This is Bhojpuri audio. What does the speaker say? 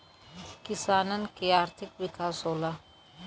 किसानन के आर्थिक विकास होला